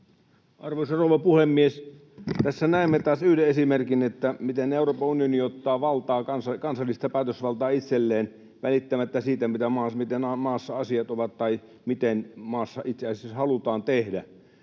Arvoisa rouva puhemies! Tässä näemme taas yhden esimerkin, että miten Euroopan unioni ottaa valtaa, kansallista päätösvaltaa, itselleen välittämättä siitä, miten maassa asiat ovat tai miten maassa itse asiassa halutaan tehdä.